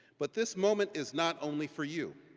but this moment is not only for you.